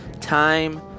Time